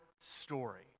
story